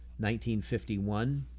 1951